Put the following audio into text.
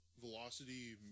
velocity